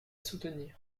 soutenir